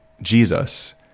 Jesus